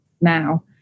now